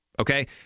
Okay